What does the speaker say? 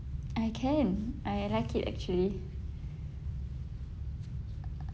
I can I like it actually